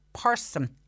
person